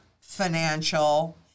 financial